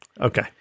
Okay